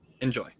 enjoy